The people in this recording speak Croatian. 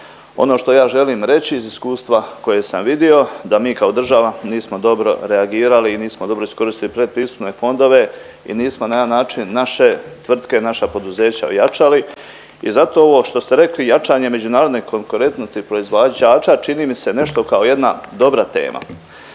Ono što ja želim reći iz iskustva koje sam vidio da mi kao država nismo dobro reagirali i nismo dobro iskoristili predpristupne fondove i nismo na jedan način naše tvrtke, naša poduzeća ojačali i zato ovo što ste rekli jačanje međunarodne konkurentnosti proizvođača čini mi se nešto kao jedna dobra tema.